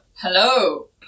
hello